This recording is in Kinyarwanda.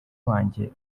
wanjye